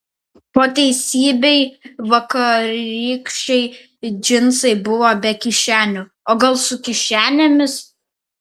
po teisybei vakarykščiai džinsai buvo be kišenių o gal su kišenėmis